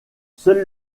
seule